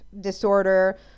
disorder